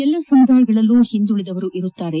ಎಲ್ಲ ಸಮುದಾಯಗಳಲ್ಲಿಯೂ ಹಿಂದುಳಿದವರು ಇರುತ್ತಾರೆ